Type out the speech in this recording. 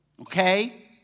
Okay